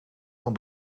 van